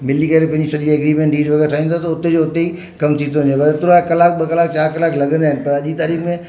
मिली करे पंहिंजी सॼी एग्रीमेंट डील वग़ैरह ठाहींदो त उते जो उते ई कम थी थो वञे ओतिरा कलाक ॿ कलाक चारि कलाक लॻंदा आहिनि पर अॼु जी तारीख़ में